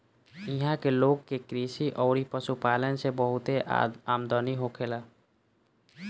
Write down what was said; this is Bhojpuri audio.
इहां के लोग के कृषि अउरी पशुपालन से बहुते आमदनी होखेला